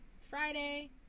Friday